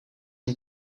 een